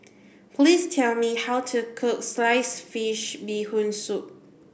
please tell me how to cook sliced fish bee hoon soup